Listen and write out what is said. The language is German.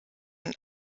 und